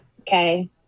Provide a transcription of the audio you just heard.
Okay